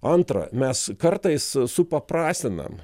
antra mes kartais supaprastinam